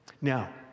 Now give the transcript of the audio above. Now